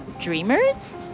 dreamers